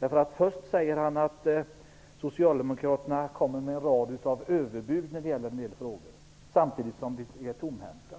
Han säger att Socialdemokraterna kommer med en rad överbud i en del frågor, samtidigt som vi är tomhänta.